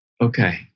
okay